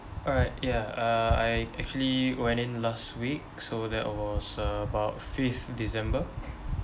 alright ya uh I actually went in last week so that was about fifth december